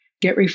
get